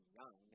young